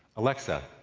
alexa,